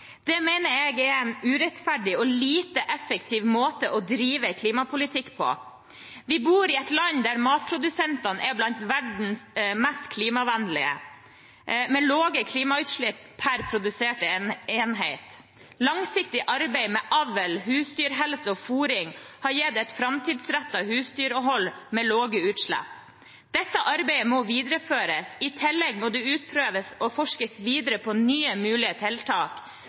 Det mener jeg er en urettferdig og lite effektiv måte å drive klimapolitikk på. Vi bor i et land der matprodusentene er blant verdens mest klimavennlige, med lave klimautslipp per produserte enhet. Langsiktig arbeid med avl, husdyrhelse og fôring har gitt et framtidsrettet husdyrhold med lave utslipp. Dette arbeidet må videreføres. I tillegg må det utprøves og forskes videre på nye mulige tiltak,